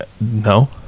No